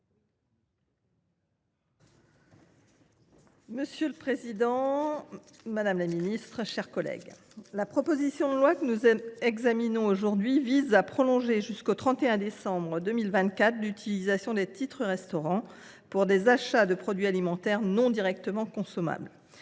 Monsieur le président, madame la ministre, mes chers collègues, la proposition de loi que nous examinons aujourd’hui vise à prolonger jusqu’au 31 décembre 2024 l’utilisation des titres restaurant pour des achats de produits alimentaires non directement consommables.